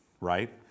right